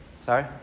Sorry